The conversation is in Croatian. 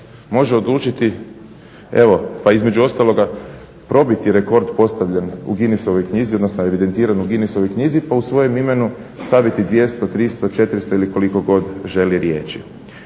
može odlučiti evo pa između ostaloga probiti rekord postavljen u Guinessovoj knjizi, odnosno evidentiran u Guinessovoj knjizi pa u svojem imenu staviti 200, 300, 400 ili koliko god želi riječi.